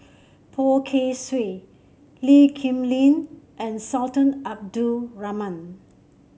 Poh Kay Swee Lee Kip Lin and Sultan Abdul Rahman